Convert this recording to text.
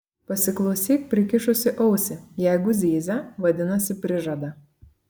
pasiklausyk prikišusi ausį jeigu zyzia vadinasi prižada